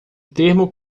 termo